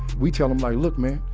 we tell them like, look man,